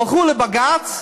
הלכו לבג"ץ,